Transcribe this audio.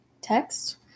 text